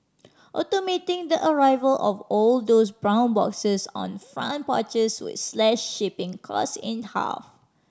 automating the arrival of all those brown boxes on front porches would slash shipping cost in half